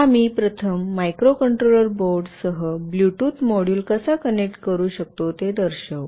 आम्ही प्रथम microcontroller board सह ब्लूटूथ मॉड्यूल कसा कनेक्ट करू शकतो ते दर्शवू